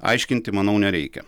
aiškinti manau nereikia